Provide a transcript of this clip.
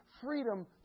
freedom